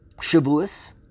Shavuos